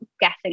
guessing